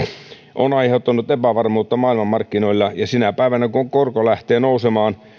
ovat aiheuttaneet epävarmuutta maailmanmarkkinoilla ja sinä päivänä kun korko lähtee nousemaan